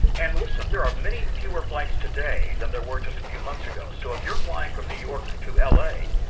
and listen, there are many fewer flights today than there were just a few months ago. so if you're flying from new york to l. a,